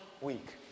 week